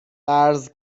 قرض